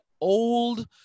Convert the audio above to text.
old